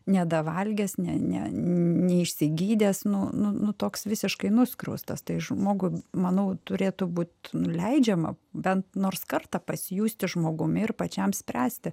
nedavalgęs ne ne neišsigydęs nu nu nu toks visiškai nuskriaustas tai žmogui manau turėtų būt nu leidžiama bent nors kartą pasijusti žmogumi ir pačiam spręsti